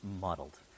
muddled